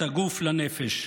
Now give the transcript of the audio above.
את הגוף לנפש.